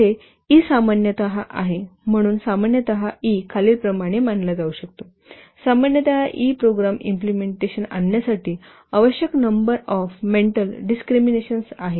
येथे ई सामान्यतः आहे म्हणून सामान्यत ई खालीलप्रमाणे मानला जाऊ शकतो सामान्यत ई प्रोग्राम इम्प्लिमेंटेशन आणण्यासाठी आवश्यक नंबर ऑफ मेंटल डिस्क्रिमिनेशन्स आहे